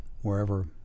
wherever